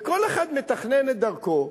וכל אחד מתכנן את דרכו,